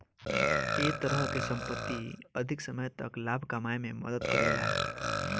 ए तरह के संपत्ति अधिक समय तक लाभ कमाए में मदद करेला